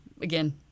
again